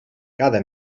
cada